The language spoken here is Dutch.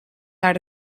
naar